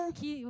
que